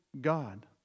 God